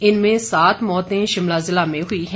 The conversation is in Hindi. इनमें सात मौतें शिमला जिला में हुई हैं